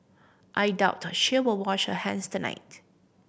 I doubt she will wash her hands tonight